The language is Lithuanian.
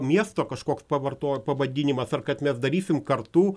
miesto kažkoks pavartot pavadinimas ar kad mes darysim kartu